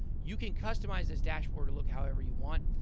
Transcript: you can customize this dashboard to look however you want.